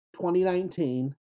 2019